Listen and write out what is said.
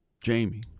Jamie